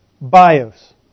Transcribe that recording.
bios